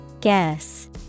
guess